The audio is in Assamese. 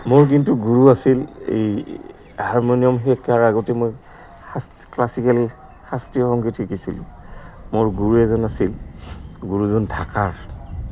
মোৰ কিন্তু গুৰু আছিল এই হাৰমনিয়াম শিকাৰ আগতে মই ক্লাছিকেল শাস্ত্ৰীয় সংগীত শিকিছিলোঁ মোৰ গুৰু এজন আছিল গুৰুজন ঢাকাৰ